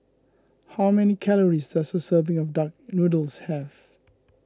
how many calories does a serving of Duck Noodles have